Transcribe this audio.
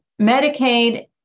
Medicaid